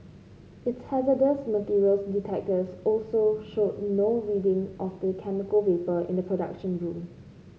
its hazardous materials detectors also showed no reading of the chemical vapour in the production room